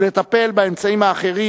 ולטפל באמצעים אחרים,